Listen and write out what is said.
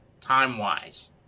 time-wise